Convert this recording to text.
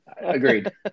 Agreed